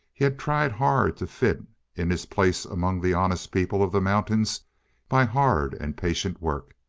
he had tried hard to fit in his place among the honest people of the mountains by hard and patient work.